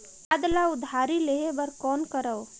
खाद ल उधारी लेहे बर कौन करव?